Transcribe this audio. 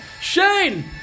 Shane